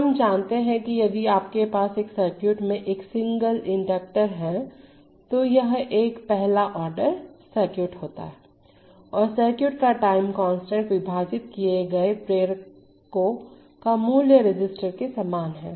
हम जानते हैं कियदि आपके पास एक सर्किट में एक सिंगल इंडक्टर हैतो यह एक पहला ऑर्डर सर्किट है और सर्किट का टाइम कांस्टेंट विभाजित किए गए प्रेरकों का मूल्य रजिस्टर के समान है